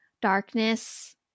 darkness